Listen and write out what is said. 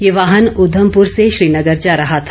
ये वाहन उधमपुर से श्रीनगर जा रहा था